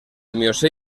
miocè